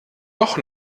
doch